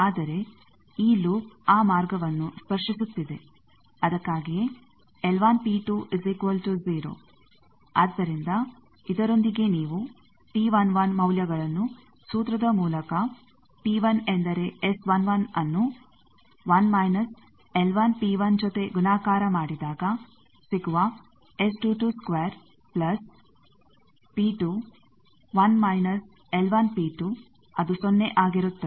ಆದರೆ ಈ ಲೂಪ್ ಆ ಮಾರ್ಗವನ್ನು ಸ್ಪರ್ಶಿಸುತ್ತಿದೆ ಅದಕ್ಕಾಗಿಯೇ ಆದ್ದರಿಂದ ಇದರೊಂದಿಗೆ ನೀವು T11 ಮೌಲ್ಯಗಳನ್ನು ಸೂತ್ರದ ಮೂಲಕ P1 ಎಂದರೆ S11 ನ್ನು ಜೊತೆ ಗುಣಾಕಾರ ಮಾಡಿದಾಗ ಸಿಗುವ ಪ್ಲಸ್ P2 1 ಮೈನಸ್ ಅದು ಸೊನ್ನೆ ಆಗಿರುತ್ತದೆ